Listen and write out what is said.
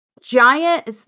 giant